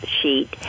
sheet